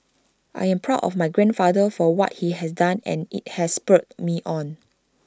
I am proud of my grandfather for what he has done and IT has spurred me on